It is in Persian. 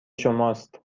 شماست